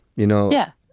you know? yeah.